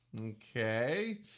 Okay